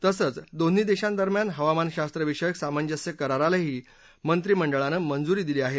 तसच दोन्ही देशांदरम्यान हवामानशास्त्रविषयक सामंजस्य करारालाही मंत्रिमंडळानं मंजूरी दिली आहे